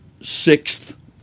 sixth